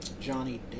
Johnny